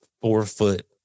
four-foot